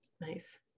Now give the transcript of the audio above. nice